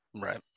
Right